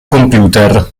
computer